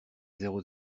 zéro